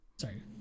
Sorry